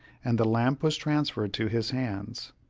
and the lamp was transferred to his hands.